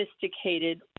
sophisticated